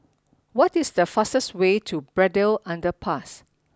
what is the fastest way to Braddell Underpass